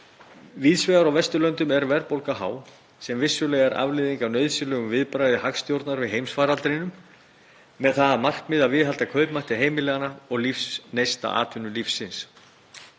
Víðs vegar á Vesturlöndum er verðbólga há, sem vissulega er afleiðing af nauðsynlegu viðbragði hagstjórnarinnar við heimsfaraldrinum með það að markmiði að viðhalda kaupmætti heimilanna og lífsneista atvinnulífsins.